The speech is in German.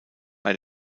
bei